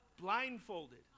Blindfolded